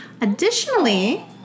Additionally